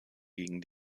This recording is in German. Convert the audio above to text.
gegen